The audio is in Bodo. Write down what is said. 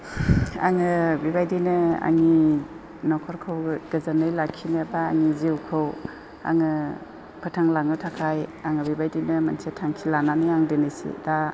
आङो बेबायदिनो आंनि न'खरखौ गोजोनै लाखिनो एबा आंनि जिउखौ आङो फोथांलांनो थाखाय आङो बेबायदिनो मोनसे थांखि लानानै आं दिनै दा